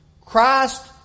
Christ